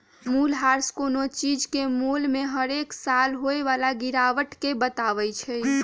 मूल्यह्रास कोनो चीज के मोल में हरेक साल होय बला गिरावट के बतबइ छइ